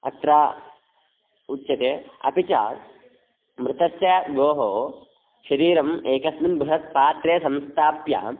अत्र उच्यते अपि च मृतस्य गोः शरीरम् एकस्मिन् बृहत्पात्रे संस्थाप्य